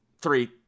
three